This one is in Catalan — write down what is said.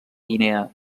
guinea